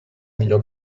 millor